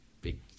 big